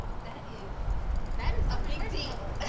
that is that is a big deal.